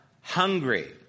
hungry